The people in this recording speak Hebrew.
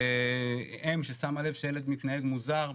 אם ששמה לב שילד מתנהג מוזר,